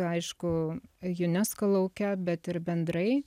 aišku unesco lauke bet ir bendrai